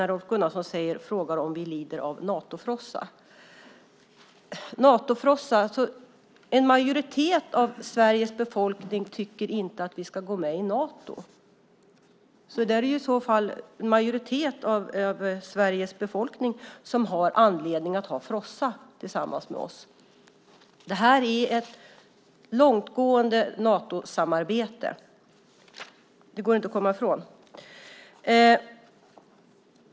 Rolf Gunnarsson frågar om vi lider av Natofrossa. En majoritet av Sveriges befolkning tycker inte att vi ska gå med i Nato, så i så fall är det en majoritet av Sveriges befolkning som har anledning att ha frossa tillsammans med oss. Det här är ett långtgående Natosamarbete. Det går inte att komma ifrån.